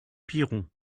piron